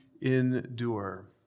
endure